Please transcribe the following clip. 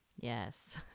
Yes